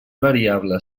variable